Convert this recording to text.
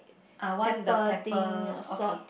ah one the pepper okay